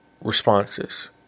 responses